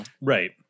right